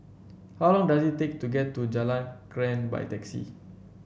how long does it take to get to Jalan Krian by taxi